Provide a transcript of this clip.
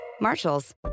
Marshalls